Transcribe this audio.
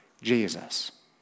Jesus